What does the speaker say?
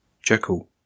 Jekyll